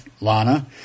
Lana